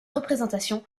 représentations